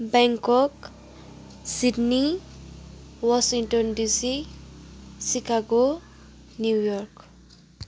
Bangkok Sydney Washington DC Chicago New York